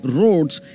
roads